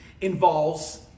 involves